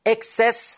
Excess